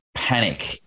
Panic